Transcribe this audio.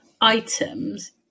items